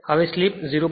હવે સ્લિપ 0